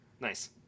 Nice